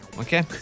Okay